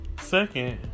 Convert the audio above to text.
Second